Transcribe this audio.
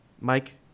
Mike